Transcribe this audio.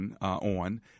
on